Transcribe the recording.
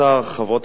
חברות הכנסת,